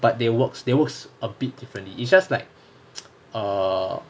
but they works they works a bit differently it's just like err